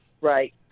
Right